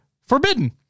Forbidden